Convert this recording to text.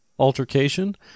altercation